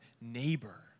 neighbor